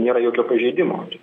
nėra jokio pažeidimo